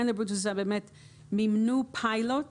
הקרן לבריאות הסביבה מימנו מחקר פיילוט